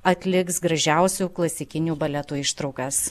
atliks gražiausių klasikinių baletų ištraukas